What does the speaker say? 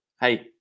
Hey